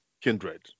kindred